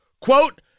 Quote